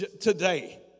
today